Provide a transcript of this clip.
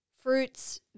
Fruits